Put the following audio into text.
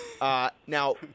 Now